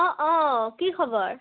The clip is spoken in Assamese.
অঁ অঁ কি খবৰ